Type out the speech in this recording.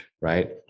right